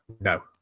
No